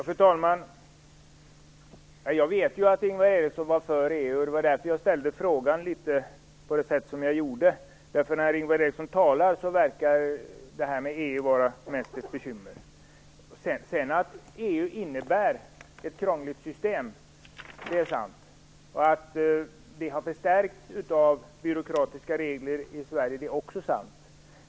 Fru talman! Jag vet ju att Ingvar Eriksson var för EU. Det var därför som jag ställde frågan på det sätt som jag gjorde. När man hör Ingvar Eriksson tala verkar EU vara mest ett bekymmer. Det är sant att EU innebär ett krångligt system. Det är också sant att detta har förstärkts av byråkratiska regler i Sverige.